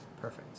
Perfect